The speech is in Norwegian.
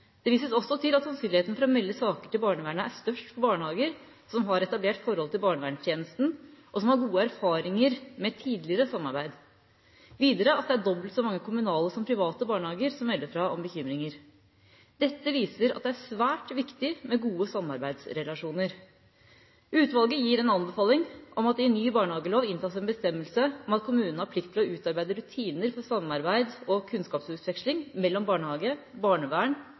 Det vises også til at sannsynligheten for å melde saker til barnevernet er størst for barnehager som har etablert forhold til barnevernstjenesten, og som har gode erfaringer med tidligere samarbeid, videre at det er dobbelt så mange kommunale som private barnehager som melder fra om bekymringer. Dette viser at det er svært viktig med gode samarbeidsrelasjoner. Utvalget gir en anbefaling om at det i ny barnehagelov inntas en bestemmelse om at kommunen har plikt til å utarbeide rutiner for samarbeid og kunnskapsutveksling mellom barnehage, barnevern,